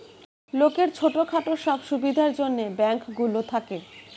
লোকের ছোট খাটো সব সুবিধার জন্যে ব্যাঙ্ক গুলো থাকে